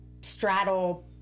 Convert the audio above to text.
Straddle